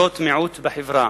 קבוצות מיעוט בחברה.